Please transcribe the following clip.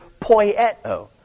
poieto